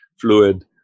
fluid